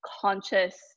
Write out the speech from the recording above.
conscious